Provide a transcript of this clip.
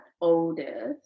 oldest